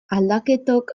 aldaketok